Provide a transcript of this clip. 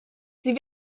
sie